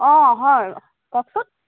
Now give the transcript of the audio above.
অঁ হয় কওকচোন